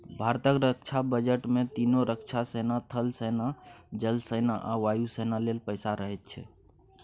भारतक रक्षा बजट मे तीनों रक्षा सेना थल सेना, जल सेना आ वायु सेना लेल पैसा रहैत छै